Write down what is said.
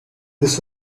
this